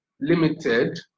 Limited